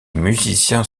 musiciens